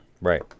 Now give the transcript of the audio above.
Right